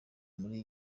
muri